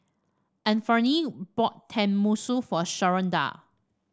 Anfernee bought Tenmusu for Sharonda